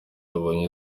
yabonye